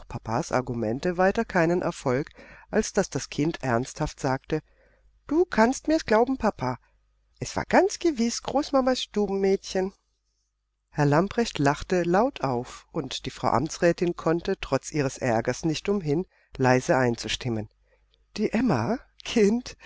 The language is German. papas argumente weiter keinen erfolg als daß das kind ernsthaft sagte du kannst mir's glauben papa es war ganz gewiß großmamas stubenmädchen herr lamprecht lachte laut auf und die frau amtsrätin konnte trotz ihres aergers nicht umhin leise einzustimmen die emma kind